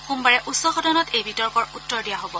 সোমবাৰে উচ্চ সদনত এই বিতৰ্কৰ উত্তৰ দিয়া হ'ব